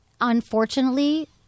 unfortunately